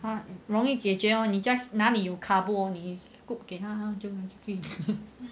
很容易解决 hor 你 just 哪里有 carbohydrates 你 scoop 给他就会自己吃